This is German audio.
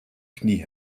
knie